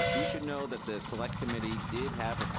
ah you should know that the select committee did have